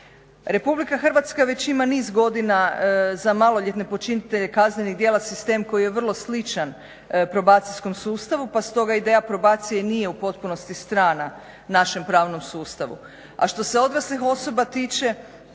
RH već ima niz godina za maloljetne počinitelje kaznenih djela sistem koji je vrlo sličan probacijskom sustavu pa stoga ideja probacije nije u potpunosti strana našem pravnom sustavu.